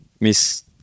miss